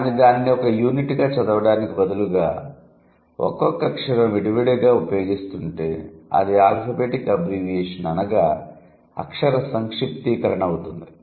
కానీ దానిని ఒక యూనిట్గా చదవడానికి బదులుగా ఒక్కొక్క అక్షరం విడివిడిగా ఉపయోగిస్తుంటే అది ఆల్ఫబేటిక్ అబ్బ్రీవియేషణ్ అనగా అక్షర సంక్షిప్తీకరణ అవుతుంది